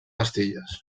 pastilles